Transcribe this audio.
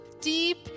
deep